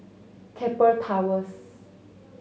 Keppel Towers